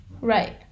Right